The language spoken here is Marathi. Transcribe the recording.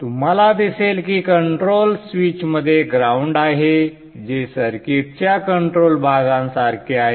तुम्हाला दिसेल की कंट्रोल स्विचमध्ये ग्राउंड आहे जे सर्किटच्या कंट्रोल भागांसारखे आहे